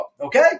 Okay